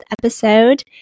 episode